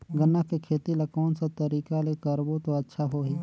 गन्ना के खेती ला कोन सा तरीका ले करबो त अच्छा होही?